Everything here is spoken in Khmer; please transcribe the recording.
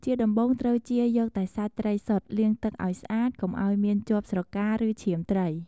ជាដំបូង ត្រូវចៀរយកតែសាច់ត្រីសុទ្ធ លាងទឹកឱ្យស្អាត កុំឱ្យមានជាប់ស្រកា ឬឈាមត្រី។